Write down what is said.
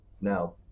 now